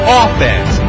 offense